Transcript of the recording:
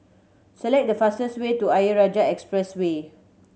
select the fastest way to Ayer Rajah Expressway